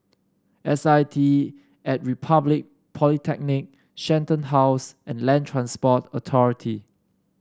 S I T at Republic Polytechnic Shenton House and Land Transport Authority